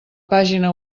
pàgina